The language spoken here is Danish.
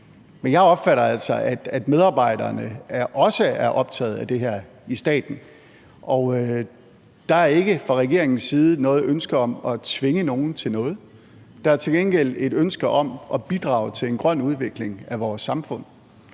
Men jeg opfatter altså, at medarbejderne også er optaget af det her i staten. Og der er ikke fra regeringens side noget ønske om at tvinge nogen til noget. Der er til gengæld et ønske om at bidrage til en grøn udvikling af vores samfund.